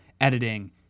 editing